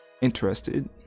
interested